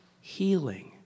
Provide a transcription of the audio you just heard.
healing